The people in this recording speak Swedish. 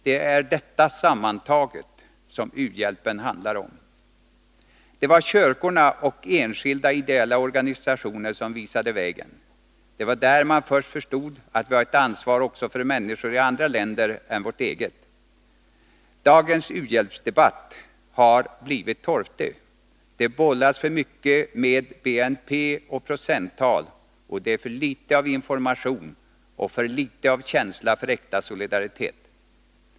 Det är detta sammantaget som u-hjälpen handlar om. Det var kyrkorna och enskilda ideella organisationer som visade vägen. Det var där man först förstod att vi har ett ansvar också för människor i andra länder än vårt eget. Dagens u-hjälpsdebatt har blivit torftig. Det bollas för mycket med BNP och procenttal, och det är för litet av information och för litet av känsla för äkta solidaritet.